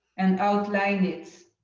and outline it.